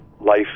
life